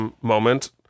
moment